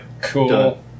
Cool